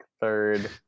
third